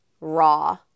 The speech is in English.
raw